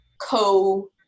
co